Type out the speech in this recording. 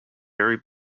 very